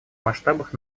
масштабах